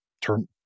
turn